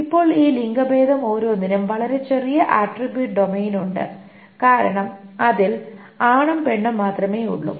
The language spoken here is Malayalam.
ഇപ്പോൾ ഈ ലിംഗഭേദം ഓരോന്നിനും വളരെ ചെറിയ ആട്രിബ്യൂട്ട് ഡൊമെയ്ൻ ഉണ്ട് കാരണം അതിൽ ആണും പെണ്ണും മാത്രമേ ഉള്ളൂ